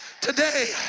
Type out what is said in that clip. today